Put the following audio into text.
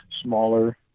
smaller